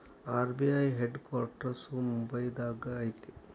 RBI head quarters ಮುಂಬೈದಾಗ ಐತಿ